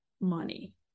money